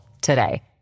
today